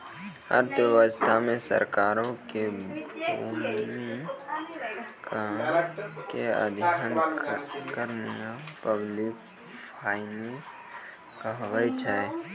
अर्थव्यवस्था मे सरकारो के भूमिका के अध्ययन करनाय पब्लिक फाइनेंस कहाबै छै